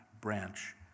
branch